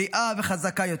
בריאה וחזקה יותר.